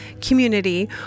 community